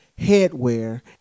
headwear